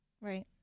Right